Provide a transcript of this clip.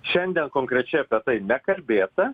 šiandien konkrečiai apie tai nekalbėta